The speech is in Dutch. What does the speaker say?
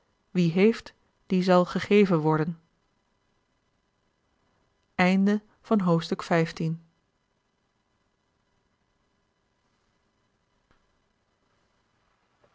wie heeft dien zal gegeven worden